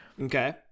Okay